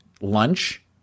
lunch